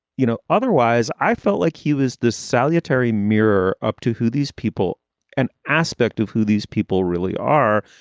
you know, otherwise. i felt like he was the salutary mirror up to who these people an aspect of who these people really are.